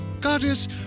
Goddess